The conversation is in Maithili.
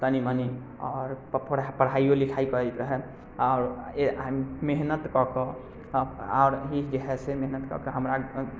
तनि मनि आओर पढ़ाइयो लिखाइ करैत रहै आओर मेहनत कऽकऽ आओर जे है से मेहनत कऽकऽ हमरा